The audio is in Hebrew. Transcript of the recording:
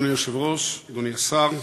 אדוני היושב-ראש, אדוני השר,